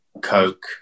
Coke